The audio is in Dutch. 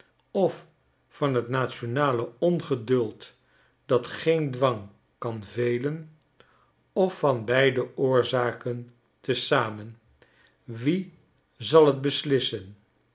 of van het nationale ongeduld dat geen dwang kan velen of van beide oorzaken te zamen wie zal t beslissen